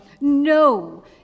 No